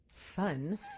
Fun